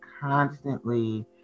constantly